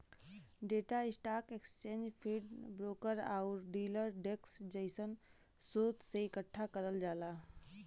data stock exchange feed, broker आउर dealer desk जइसन स्रोत से एकठ्ठा करल जाला